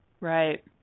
Right